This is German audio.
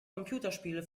computerspiele